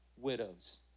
widows